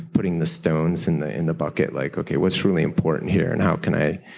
putting the stones in the in the bucket like, okay, what's really important here and how can i